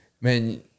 man